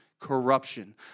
corruption